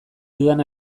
dudan